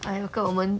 !aiyo! 跟我们